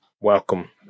Welcome